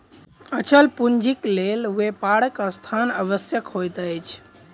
अचल पूंजीक लेल व्यापारक स्थान आवश्यक होइत अछि